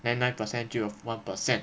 then nine per cent 就有 one per cent